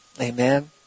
Amen